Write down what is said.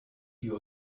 you